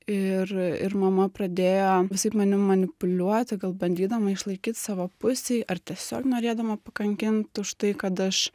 ir ir mama pradėjo visaip manim manipuliuoti gal bandydama išlaikyt savo pusėj ar tiesiog norėdama pakankint už tai kad aš